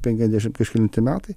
penkiasdešim kažkelinti metai